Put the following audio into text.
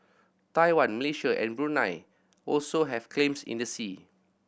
Taiwan Malaysia and Brunei also have claims in the sea